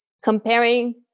comparing